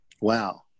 Wow